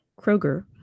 Kroger